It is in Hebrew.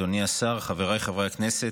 אדוני השר, חבריי חברי הכנסת,